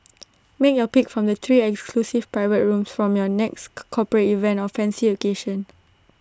make your pick from the three exclusive private rooms from your next corporate event or fancy occasion